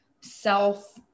self